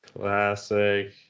Classic